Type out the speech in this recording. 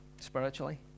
spiritually